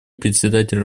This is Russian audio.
председателей